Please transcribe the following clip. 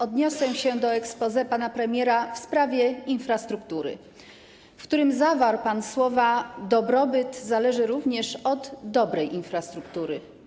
Odniosę się do exposé pana premiera - do sprawy infrastruktury - w którym zawarł pan słowa: Dobrobyt zależy również od dobrej infrastruktury.